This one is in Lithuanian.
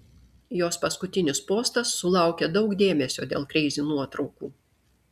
jos paskutinis postas sulaukė daug dėmesio dėl kreizi nuotraukų